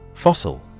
Fossil